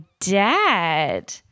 Dad